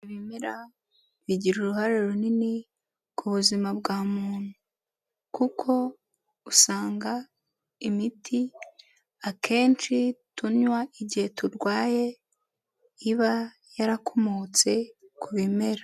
Ibimera bigira uruhare runini ku buzima bwa muntu kuko usanga imiti akenshi tunywa igihe turwaye iba yarakomotse ku bimera.